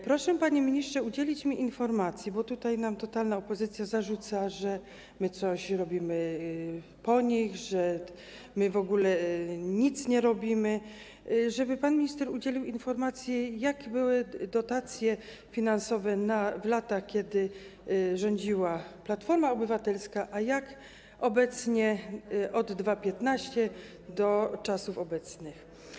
Proszę, panie ministrze, udzielić mi informacji, bo tutaj nam totalna opozycja zarzuca, że coś robimy po nich, że w ogóle nic nie robimy, proszę, żeby pan minister udzielił informacji, jakie były dotacje finansowe w latach, kiedy rządziła Platforma Obywatelska, a jak jest obecnie, od 2015 r. do czasów obecnych.